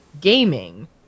gaming